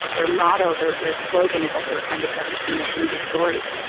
their motto, their their slogan, is that they were trying to tell these female comedic stories.